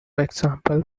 example